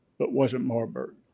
but wasn't marburg.